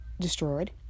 destroyed